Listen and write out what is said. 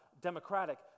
democratic